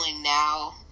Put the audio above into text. now